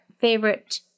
favorite